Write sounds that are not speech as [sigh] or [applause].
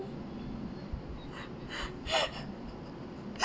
[noise]